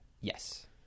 Yes